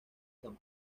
san